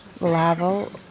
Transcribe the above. level